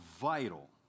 vital